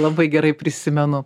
labai gerai prisimenu